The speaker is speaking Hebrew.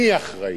אני אחראי.